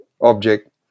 object